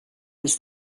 was